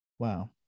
Wow